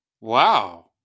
Wow